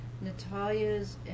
Natalia's